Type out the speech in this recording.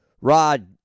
Rod